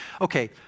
Okay